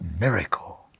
miracle